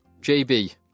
JB